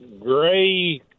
gray